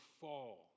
fall